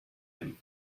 him